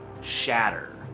shatter